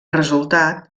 resultat